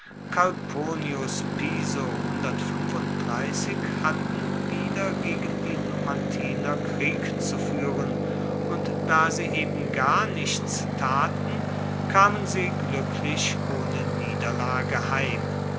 piso hatten wieder gegen die numantiner krieg zu führen und da sie eben gar nichts taten kamen sie glücklich ohne niederlage heim